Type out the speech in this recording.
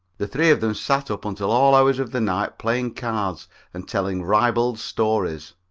the three of them sat up until all hours of the night playing cards and telling ribald stories.